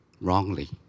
wrongly